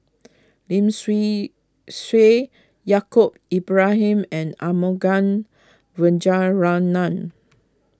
Lim Swee Say Yaacob Ibrahim and Arumugam Vijiaratnam